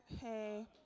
Hey